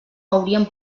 hauríem